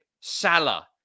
Salah